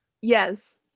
Yes